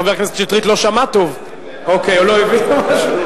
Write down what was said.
חבר הכנסת שטרית לא שמע טוב או לא הבין או משהו,